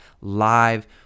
live